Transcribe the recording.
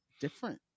different